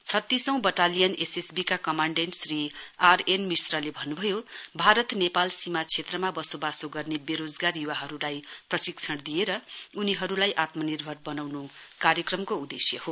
छतीसौं battalion एसएसबीका commandant Shri R N मिश्रले भन्नभयो भारत नेपाल सीमा क्षेत्रमा बसोबासो गर्ने बेरोजगार युवाहरूलाई प्रसिक्षण दिएर उनीहरूलाई आत्मनिर्भर बनाउनु कार्यक्रमको उद्देश्य हो